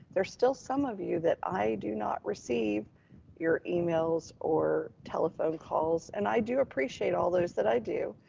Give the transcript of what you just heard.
there's still some of you that i do not receive your emails or telephone calls. and i do appreciate all those that i do.